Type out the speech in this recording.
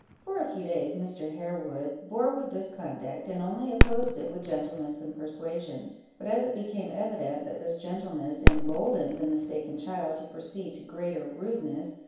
for a few days mr. harewood bore with this conduct, and only opposed it with gentleness and persuasion but as it became evident that this gentleness emboldened the mistaken child to proceed to greater rudeness,